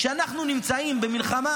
כשאנחנו נמצאים במלחמה